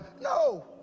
No